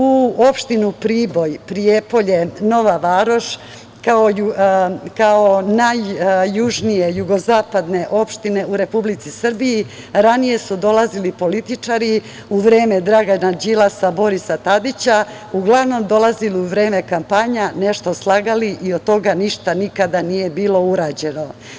U opštinu Priboj, Prijepolje, Nova Varoš, kao i najjužnije jugozapadne opštine, u Republici Srbiji, ranije su dolazili političari u vreme Dragana Đilasa, Borisa Tadića, uglavnom dolazili u vreme kampanja, nešto slagali i od toga ništa nikada nije bilo urađeno.